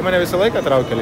mane visą laiką traukė